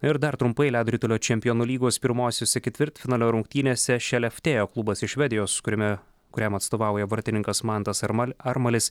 ir dar trumpai ledo ritulio čempionų lygos pirmosiose ketvirtfinalio rungtynėse šeleftėjo klubas iš švedijos kuriame kuriam atstovauja vartininkas mantas armal armalis